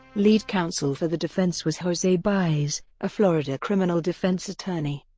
lead counsel for the defense was jose baez, a florida criminal defense attorney.